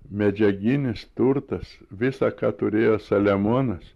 medžiaginis turtas visa ką turėjo saliamonas